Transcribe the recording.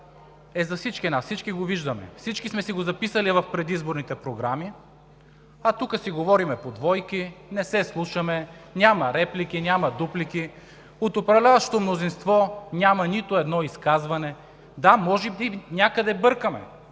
е за всички нас. Всички го виждаме, всички сме си го записали в предизборните програми, а тук си говорим по двойки, не се слушаме, няма реплики, няма дуплики, от управляващото мнозинство няма нито едно изказване. Да, може би някъде бъркаме,